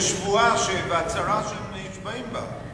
יש שבועה והצהרה שהם נשבעים בה.